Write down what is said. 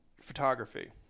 photography